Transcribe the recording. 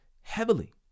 heavily